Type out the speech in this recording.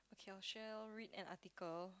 okay I shall read an article